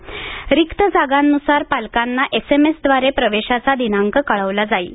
रिक्त जागांनुसार पालकांना एसएमएसद्वारे प्रवेशाचा दिनांक कळवला जाईल